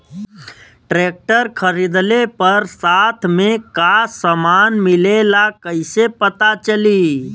Tractor खरीदले पर साथ में का समान मिलेला कईसे पता चली?